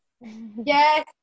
Yes